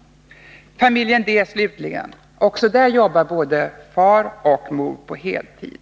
Också i familjen D, slutligen, arbetar både mor och far på heltid,